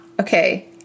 Okay